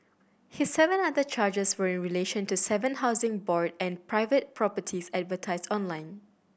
his seven other charges were in relation to seven Housing Board and private properties advertised online